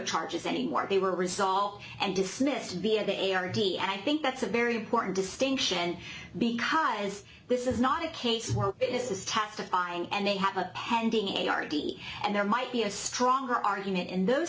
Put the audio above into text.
charges anymore they were result and dismissed via the a r v n i think that's a very important distinction because this is not a case where this is testifying and they have a pending a r d and there might be a stronger argument in those